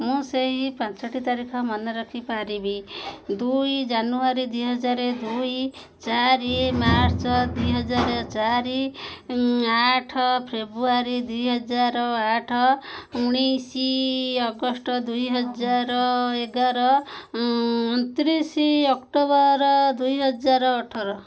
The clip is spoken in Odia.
ମୁଁ ସେହି ପାଞ୍ଚଟି ତାରିଖ ମନେ ରଖିପାରିବି ଦୁଇ ଜାନୁଆରୀ ଦୁଇହଜାର ଦୁଇ ଚାରି ମାର୍ଚ୍ଚ ଦୁଇହଜାର ଚାରି ଆଠ ଫେବୃଆରୀ ଦୁଇହଜାର ଆଠ ଉଣେଇଶି ଅଗଷ୍ଟ ଦୁଇହଜାର ଏଗାର ଅଣତିରିଶି ଅକ୍ଟୋବର ଦୁଇହଜାର ଅଠର